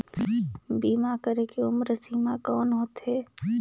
बीमा करे के उम्र सीमा कौन होथे?